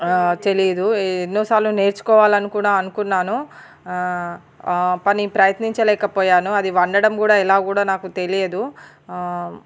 తెలీదు ఎన్నోసార్లు నేర్చుకోవాలని కూడా అనుకున్నాను కానీ ప్రయత్నించలేక పోయాను అది వండడం కూడా ఎలా కూడా నాకు తెలియదు